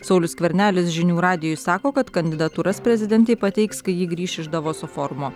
saulius skvernelis žinių radijui sako kad kandidatūras prezidentei pateiks kai ji grįš iš davoso forumo